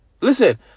Listen